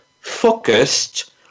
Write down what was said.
focused